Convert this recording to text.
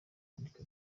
ariko